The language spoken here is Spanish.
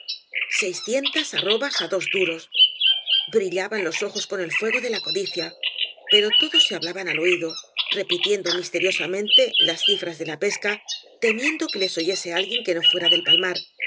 seiscientas arrobas á dos duros brillaban los ojos con el fuego de la codicia pero todos se hablaban al oído repitiendo misteriosamente las cifras de la pesca temiendo que les oyese alguien que no fuera del palmar